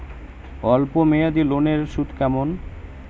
অল্প মেয়াদি লোনের সুদ কেমন?